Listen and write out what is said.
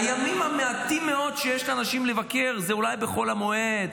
הימים המעטים מאוד שיש לאנשים לבקר זה אולי בחול המועד.